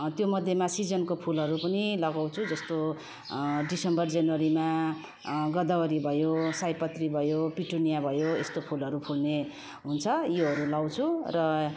त्यो मध्येमा सिजनको फुलहरू पनि लगाउँछु जस्तो डिसेम्बर जनवरीमा गदवरी भयो सयपत्री भयो पिटुनिया भयो यस्तो फुलहरू फुल्ने हुन्छ योहरू लगाउँछु र